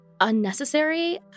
unnecessary